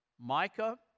Micah